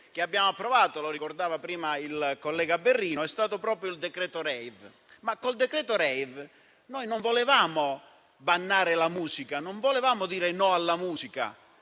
che abbiamo approvato, come ricordava prima il collega Berrino, è stato proprio il cosiddetto decreto-legge *rave*, con cui non volevamo bandire la musica, non volevamo dire no alla musica;